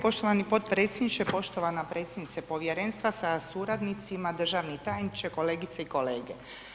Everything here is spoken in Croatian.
Poštovani potpredsjedniče, poštovana predsjednice Povjerenstva sa suradnicima, državni tajniče, kolegice i kolege.